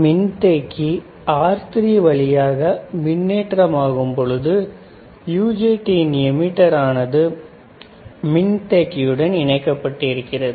மின்தேக்கி R3 வழியாக மின்னேற்றம் ஆகும் பொழுது UJT இன் எமிட்டர் ஆனது மின்தேக்கியுடன் இணைக்கப்பட்டிருக்கிறது